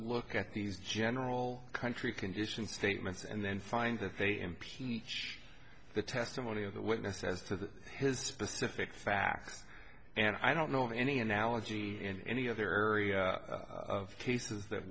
look at these general country conditions statements and then find that they impeach the testimony of the witness as to his specific facts and i don't know any analogy in any other cases that